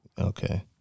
Okay